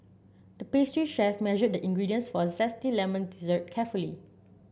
the pastry chef measured the ingredients for a zesty lemon dessert carefully